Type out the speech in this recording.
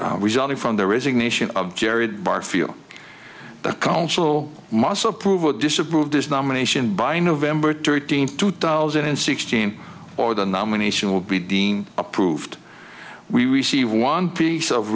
rig resulting from the resignation of jared barr feel the council must approve or disapprove this nomination by november thirteenth two thousand and sixteen or the nomination will be dean approved we receive one piece of